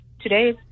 today